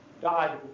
died